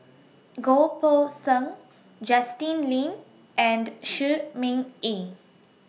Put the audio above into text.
Goh Poh Seng Justin Lean and Shi Ming Yi